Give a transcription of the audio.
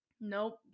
Nope